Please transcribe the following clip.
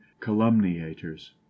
calumniators